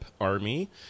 army